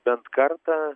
bent kartą